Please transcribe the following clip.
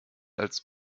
als